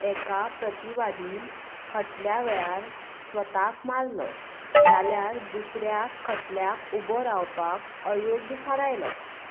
एका प्रतिवादीन खटल्या वेळार स्वताक मारलो जाल्यार दुसऱ्या खटल्याक उबो रावपाक अयोग्य थारायलो